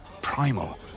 primal